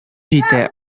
җитә